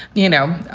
you know,